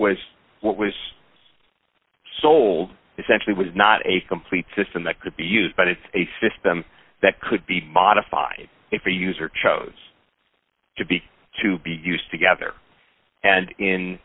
was what was sold essentially was not a complete system that could be used but it's a system that could be modified if the user chose to be to be used together and in